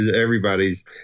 Everybody's